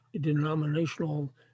denominational